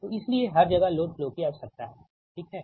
तोइसलिए हर जगह load flow की आवश्यकता है ठीक है